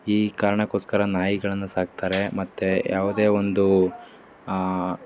ಈ ಕಾರಣಕ್ಕೋಸ್ಕರ ನಾಯಿಗಳನ್ನು ಸಾಕ್ತಾರೆ ಮತ್ತು ಯಾವುದೇ ಒಂದು